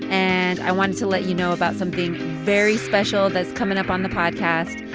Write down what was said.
and i wanted to let you know about something very special that's coming up on the podcast.